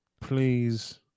Please